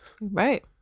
Right